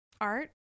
art